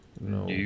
No